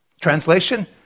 Translation